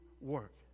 work